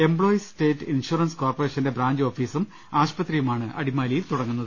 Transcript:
employees state insurance കോർപ്പറേഷന്റെ branch ഓഫീസും ആശുപത്രിയുമാണ് അടിമാലിയിൽ തുടങ്ങുന്നത്